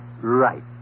Right